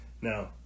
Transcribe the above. Now